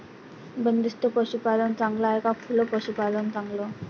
बंदिस्त पशूपालन चांगलं का खुलं पशूपालन चांगलं?